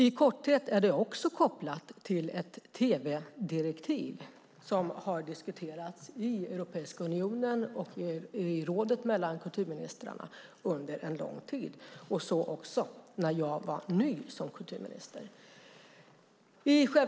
I korthet är det också kopplat till ett tv-direktiv som har diskuterats i Europeiska unionens kulturministerråd under lång tid, också när jag var ny som kulturminister.